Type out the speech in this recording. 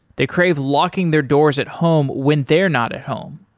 they crave locking their doors at home when they're not at home.